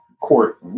court